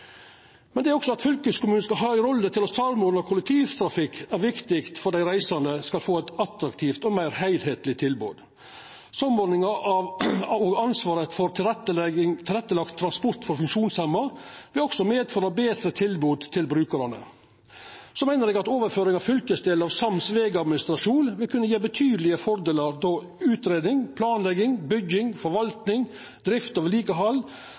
Men også det at fylkeskommunen skal ha ei rolle i å samordna kollektivtrafikk, er viktig for at dei reisande skal få eit attraktivt og meir heilskapleg tilbod. Samordning av ansvaret for tilrettelagd transport for funksjonshemma vil også medføra betre tilbod til brukarane. Eg meiner overføringa av fylkesdelen av sams vegadministrasjon vil kunna gje betydelege fordelar, då utgreiing, planlegging, bygging, forvaltning, drift og